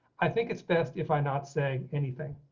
i think it's best if i not saying anything.